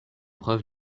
preuve